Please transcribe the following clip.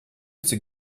cik